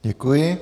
Děkuji.